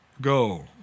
Go